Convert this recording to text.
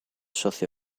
socio